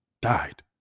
Died